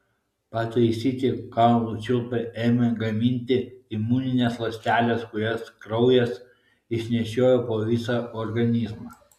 pataisyti kaulų čiulpai ėmė gaminti imunines ląsteles kurias kraujas išnešiojo po visą organizmą